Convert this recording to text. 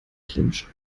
clinch